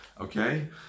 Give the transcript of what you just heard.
Okay